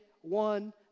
one